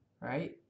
right